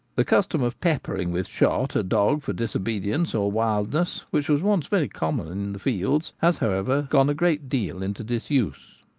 the custom of peppering with shot a dog for disobedience or wildness, which was once very common in the field, has however gone a great deal into disuse.